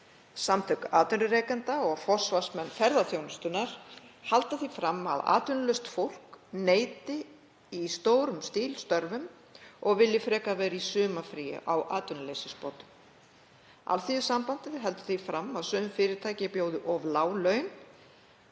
Samtök atvinnurekenda og forsvarsmenn ferðaþjónustunnar halda því fram að atvinnulaust fólk neiti störfum í stórum stíl og vilji frekar vera í sumarfríi á atvinnuleysisbótum. Alþýðusambandið heldur því fram að sum fyrirtæki bjóði of lág laun